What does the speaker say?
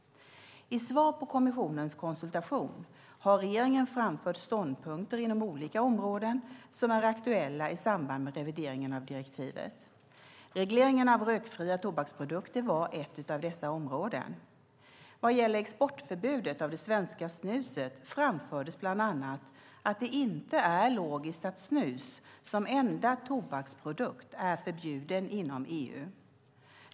I svar på kommissionens konsultation har regeringen framfört ståndpunkter inom olika områden som är aktuella i samband med revideringen av direktivet. Regleringen av rökfria tobaksprodukter var ett av dessa områden. Vad gäller exportförbudet av det svenska snuset framfördes bland annat att det inte är logiskt att snus som enda tobaksprodukt är förbjudet inom EU.